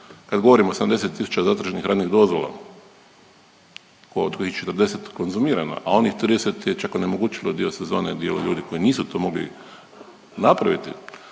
Kad govorimo o 80 tisuća zatraženih radnih dozvola od kojih 40 konzumirano, a onih 30 je čak onemogućilo dio sezone dio ljudi koji nisu tu mogli napraviti,